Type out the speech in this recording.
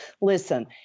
Listen